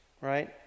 right